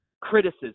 criticism